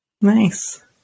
Nice